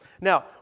Now